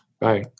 Bye